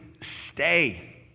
stay